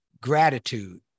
gratitude